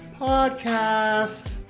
podcast